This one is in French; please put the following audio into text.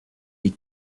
est